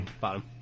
Bottom